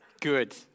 Good